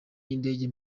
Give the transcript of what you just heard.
y’indege